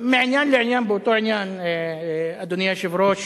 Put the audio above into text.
מעניין לעניין באותו עניין, אדוני היושב-ראש.